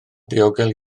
ddiogel